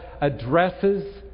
addresses